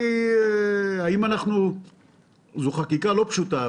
זאת חקיקה לא פשוטה,